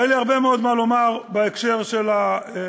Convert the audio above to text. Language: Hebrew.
היה לי הרבה מאוד מה לומר בהקשר של העברת